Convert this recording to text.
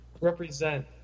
Represent